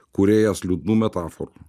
kūrėjas liūdnų metaforų